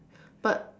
but